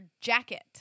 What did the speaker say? jacket